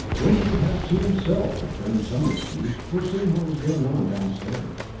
then perhaps he himself could frame some excuse for seeing what was going on downstairs.